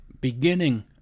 beginning